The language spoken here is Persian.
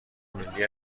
ملی